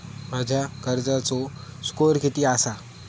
माझ्या कर्जाचो स्कोअर किती आसा?